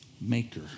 maker